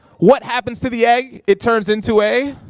what happens to the egg? it turns into a?